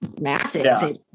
massive